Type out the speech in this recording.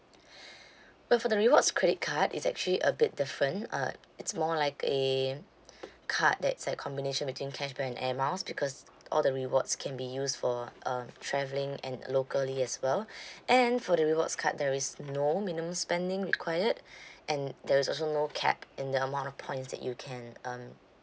but for the rewards credit card it's actually a bit different uh it's more like a card that's like combination between cashback and air miles because all the rewards can be used for um travelling and locally as well and for the rewards card there is no minimum spending required and there is also no cap in the amount of points that you can um